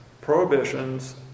prohibitions